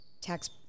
tax